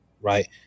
Right